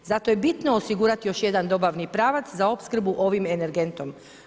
Zato je bitno osigurat još jedan dobavni pravac za opskrbu ovim energentom.